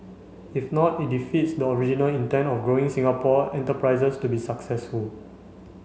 if not it defeats the original intent of growing Singapore enterprises to be successful